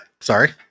Sorry